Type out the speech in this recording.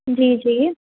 जी जी